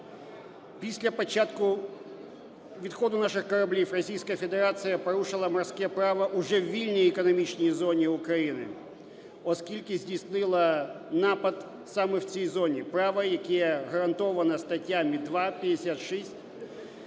Після початку відходу наших кораблів Російська Федерація порушила морське право уже в вільній економічній зоні України, оскільки здійснила напад саме в цій зоні. Право, яке гарантовано статтями 2, 56